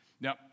Now